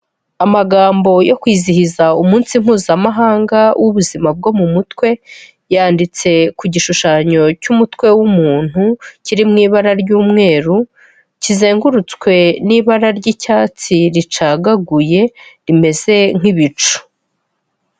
Amagambo yo kwizihiza umunsi mpuzamahanga w'ubuzima bwo mu mutwe, yanditse ku gishushanyo cy'umutwe w'umuntu, kiri mu ibara ry'umweru, kizengurutswe n'ibara ry'icyatsi ricagaguye rimeze nk'ibicu.